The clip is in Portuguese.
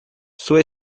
sua